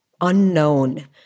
unknown